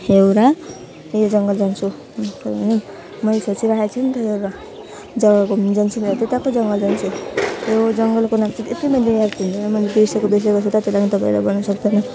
एउटा त्यही जङ्गल जान्छु कहाँ भने मैले सोचिराखेको छु नि त एउटा जग्गा घुम्नु जान्छु भनेर त्यताको जङ्गल जान्छु त्यो जङ्गलको नाम चाहिँ त्यति मलाई याद हुँदैन मैले बिर्सेको बिर्सेको गर्छु तर त्यही कारणले गर्दा पनि तपाईँहरूलाई भन्नु सक्दिनँ